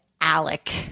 Alec